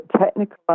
technical